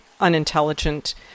unintelligent